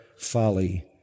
folly